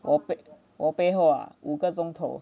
我背我背后啊五个钟头 lor